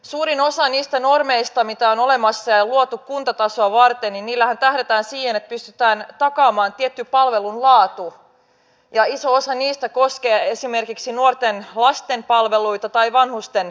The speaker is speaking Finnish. suurimmalla osallahan niistä normeista mitä on olemassa ja luotu kuntatasoa varten tähdätään siihen että pystytään takaamaan tietty palvelun laatu ja iso osa niistä koskee esimerkiksi nuorten lasten palveluita ja vanhusten palveluita